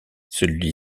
celui